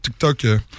TikTok